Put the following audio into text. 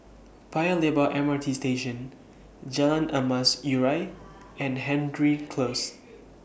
Paya Lebar M R T Station Jalan Emas Urai and Hendry Close